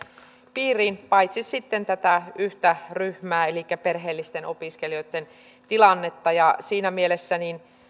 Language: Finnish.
piiriin paitsi sitten tätä yhtä ryhmää elikkä perheellisten opiskelijoitten tilannetta siinä mielessä